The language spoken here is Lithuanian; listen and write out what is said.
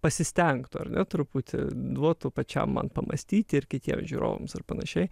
pasistengtų ar ne truputį duotų pačiam man pamąstyti ir kitiems žiūrovams ar panašiai